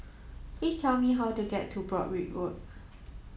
please tell me how to get to Broadrick Road